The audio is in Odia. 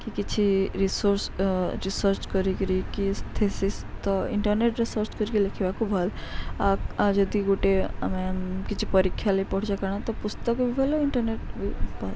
କି କିଛି ରିସର୍ଚ ରିସର୍ଚ କରିକିରି କି ଥିେସିସ୍ ତ ଇଣ୍ଟରନେଟ ର ସର୍ଚ୍ଚ କରିକିରି ଲେଖିବାକୁ ଭଲ ଆ ଆଉ ଯଦି ଗୋଟେ ଆମେ କିଛି ପରୀକ୍ଷା ହେ ପଢ଼ୁଚା କାରଣ ତ ପୁସ୍ତକ ବି ଭଲ ଇଣ୍ଟରନେଟ ବି